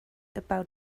about